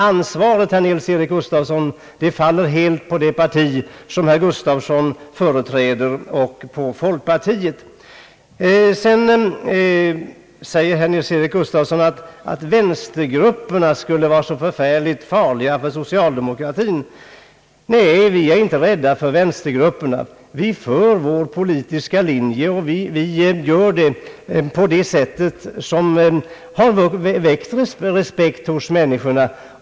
Ansvaret, herr Nils-Eric Gustafsson, faller helt på det parti som herr Gustafsson företräder och på folkpartiet. Sedan säger herr Nils-Eric Gustafsson att vänstergrupperna skulle vara så förfärligt farliga för socialdemokratin. Nej, vi är inte rädda för vänstergrupperna. Vi för vår politiska linje, och vi gör det på ett sätt som har väckt respekt hos människorna.